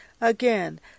Again